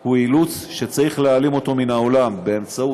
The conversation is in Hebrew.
הוא אילוץ שצריך להעלים אותו מן העולם באמצעות